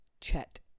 Chet